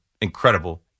incredible